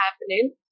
happening